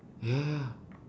ya ya